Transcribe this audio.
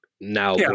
now